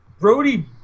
Brody